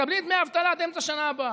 בסדר, הרי מקבלים דמי אבטלה עד אמצע השנה הבאה.